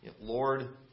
Lord